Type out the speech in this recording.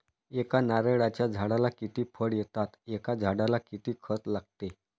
एका नारळाच्या झाडाला किती फळ येतात? एका झाडाला किती खत लागते?